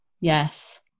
Yes